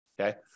Okay